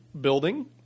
building